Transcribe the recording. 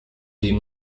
dem